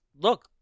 look